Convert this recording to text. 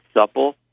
supple